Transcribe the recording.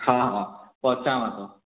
हा हा पोइ अचांव थो